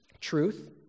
truth